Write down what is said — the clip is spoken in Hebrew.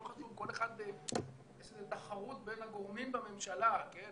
כל אחד יש איזו תחרות בין הגורמים בממשלה, כן?